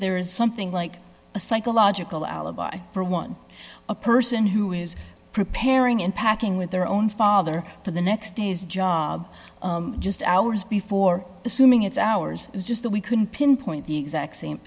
there is something like a psychological alibi for one a person who is preparing and packing with their own father for the next day's job just hours before assuming it's hours is just that we couldn't pinpoint the exact same